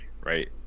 right